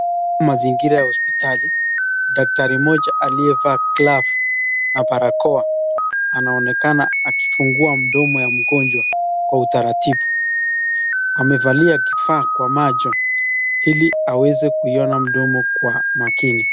Mazingira ya hospitali. Daktari moja aliyevaa glove na barakoa anaonekana akifungua mdomo ya mgonjwa kwa utaratibu. Amevalia kifaa kwa macho ili aweze kuiona mdomo kwa makini.